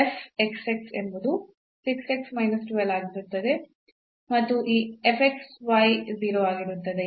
ಆದ್ದರಿಂದ ಎಂಬುದು ಆಗಿರುತ್ತದೆ ಮತ್ತು ಈ 0 ಆಗಿರುತ್ತದೆ